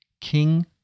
king